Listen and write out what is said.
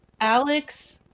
Alex